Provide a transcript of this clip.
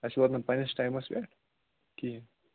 اَسہِ ووت نہٕ پَننِس ٹایمَس پٮ۪ٹھ کِہیٖنۍ